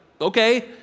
okay